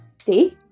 See